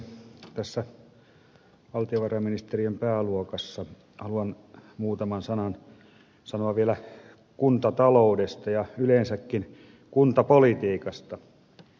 tässä valtiovarainministeriön pääluokassa haluan muutaman sanan sanoa vielä kuntataloudesta ja yleensäkin kuntapolitiikasta